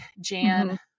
Jan